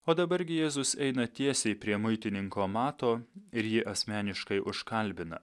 o dabar gi jėzus eina tiesiai prie muitininko mato ir jį asmeniškai užkalbina